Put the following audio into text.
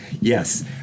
Yes